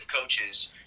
coaches